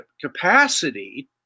capacity